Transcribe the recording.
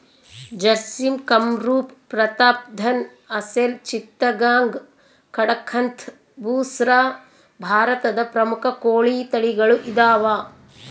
ಜರ್ಸಿಮ್ ಕಂರೂಪ ಪ್ರತಾಪ್ಧನ್ ಅಸೆಲ್ ಚಿತ್ತಗಾಂಗ್ ಕಡಕಂಥ್ ಬುಸ್ರಾ ಭಾರತದ ಪ್ರಮುಖ ಕೋಳಿ ತಳಿಗಳು ಇದಾವ